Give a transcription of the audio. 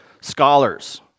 scholars